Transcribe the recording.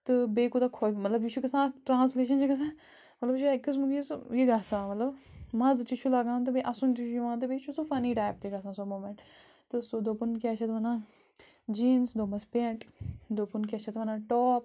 تہٕ بیٚیہِ کوٗتاہ مطلب یہِ چھُ گژھان اَکھ ٹرٛانسلیشَن چھےٚ گژھان مطلب یہِ چھُ اَکہِ قٕسمُک یہِ سُہ یہِ گژھان مطلب مَزٕ تہِ چھُ لَگان تہٕ بیٚیہِ اَسُن تہِ چھُ یِوان تہٕ بیٚیہِ چھُ سُہ فٔنی ٹایِپ تہِ گژھان سۄ موٗمٮ۪نٛٹ تہٕ سُہ دوٚپُن کیٛاہ چھِ اَتھ وَنان جیٖنٕز دوٚپمَس پٮ۪نٛٹ دوٚپُن کیٛاہ چھِ اَتھ وَنان ٹاپ